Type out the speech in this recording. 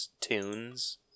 tunes